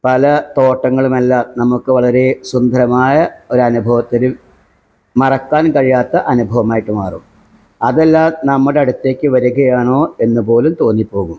പല തോട്ടങ്ങളുമെല്ലാം നമുക്ക് വളരേ സുന്ദരമായ ഒരനുഭവത്തിൽ മറക്കാൻ കഴിയാത്ത അനുഭവമായിട്ടു മാറും അതെല്ലാം നമ്മുടടുത്തേക്കു വരികയാണോ എന്നു പോലും തോന്നിപ്പോകും